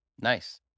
Nice